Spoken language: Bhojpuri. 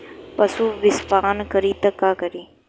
पशु विषपान करी त का करी?